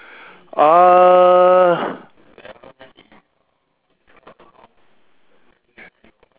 uh